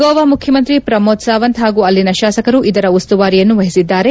ಗೋವಾ ಮುಖ್ಯಮಂತ್ರಿ ಪ್ರಮೋದ್ ಸಾವಂತ್ ಹಾಗೂ ಅಲ್ಲಿನ ಶಾಸಕರು ಇದರ ಉಸ್ತುವಾರಿಯನ್ನು ಮಹಿಸಿದ್ದಾರೆ